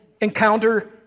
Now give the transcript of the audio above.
encounter